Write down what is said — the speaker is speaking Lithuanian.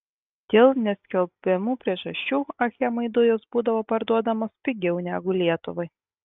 dėl neskelbiamų priežasčių achemai dujos būdavo parduodamos pigiau negu lietuvai